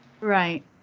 Right